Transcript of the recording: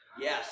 Yes